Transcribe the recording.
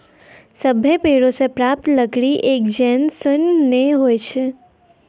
सभ्भे पेड़ों सें प्राप्त लकड़ी एक जैसन नै होय छै